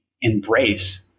embrace